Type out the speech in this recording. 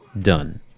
done